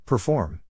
Perform